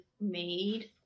made